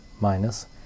minus